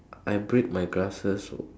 I break my glasses